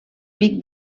pic